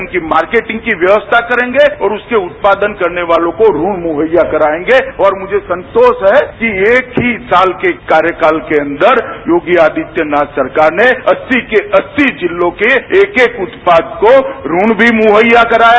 उनकी मार्केटिंग की हम व्यवस्था करेंगे और उसे उत्यादन करने वालों को रूम मुहैया करायेंगें और हमे सन्तोष है कि एक ही साल के कार्यकाल के अन्दर योगी आदित्यनाथ सरकार ने अस्सी के अस्सी जिलों में एक जिला एक उत्यादन को भी रूम मुहैया कराया